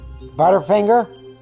Butterfinger